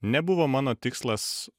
nebuvo mano tikslas